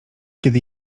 kiedy